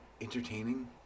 entertaining